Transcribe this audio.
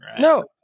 No